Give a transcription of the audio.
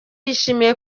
yishimira